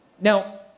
Now